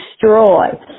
destroy